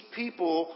people